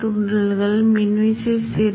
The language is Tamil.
துணை கோப்பை சேர்த்துள்ளேன்